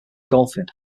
golfing